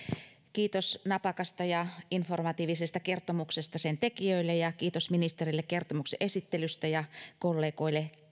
kiitos napakasta ja informatiivisesta kertomuksesta sen tekijöille ja kiitos ministerille kertomuksen esittelystä ja kollegoille